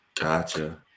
Gotcha